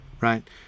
right